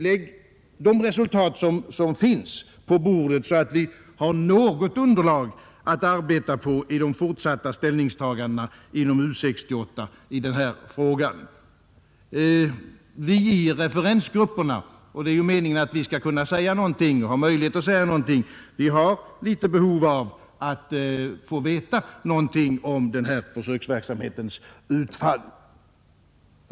Lägg de resultat som finns på bordet, så att man har något underlag för de fortsatta ställningstagandena inom U 68 i denna fråga! Vi inom referensgrupperna — avsikten är ju att vi skall ha möjligheter att yttra oss — har behov av att få veta något om ifrågavarande försöksverksamhets utfall.